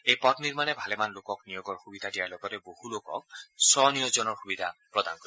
এই পথ নিৰ্মাণে ভালেমান লোকক নিয়োগৰ সুবিধা দিয়াৰ লগতে বহু লোকক স্বনিয়োজনৰ সুবিধা প্ৰদান কৰিব